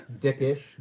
Dickish